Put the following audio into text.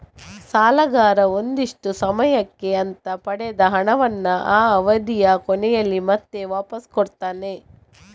ಸಾಲಗಾರ ಒಂದಿಷ್ಟು ಸಮಯಕ್ಕೆ ಅಂತ ಪಡೆದ ಹಣವನ್ನ ಆ ಅವಧಿಯ ಕೊನೆಯಲ್ಲಿ ಮತ್ತೆ ವಾಪಾಸ್ ಕೊಡ್ತಾನೆ